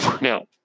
Now